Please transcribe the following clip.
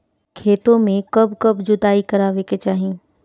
खेतो में कब कब जुताई करावे के चाहि?